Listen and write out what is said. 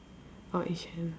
orh yi xuan